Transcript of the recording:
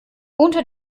unter